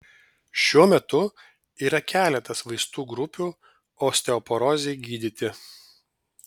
šiuo metu yra keletas vaistų grupių osteoporozei gydyti